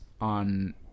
on